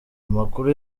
amakuru